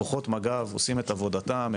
כוחות מג"ב עושים את עבודתם,